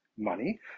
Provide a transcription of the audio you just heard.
money